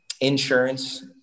insurance